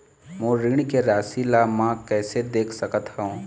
मोर ऋण के राशि ला म कैसे देख सकत हव?